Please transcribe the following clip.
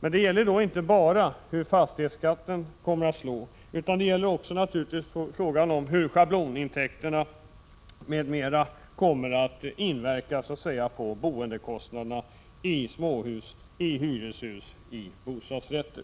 Men det gäller inte bara hur fastighetsskatten kommer att slå, utan det gäller naturligtvis också frågan hur schablonintäkterna m.m. inverkar på boendekostnaderna i småhus, hyreshus och bostadsrätter.